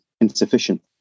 insufficient